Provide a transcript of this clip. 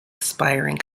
aspiring